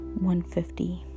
150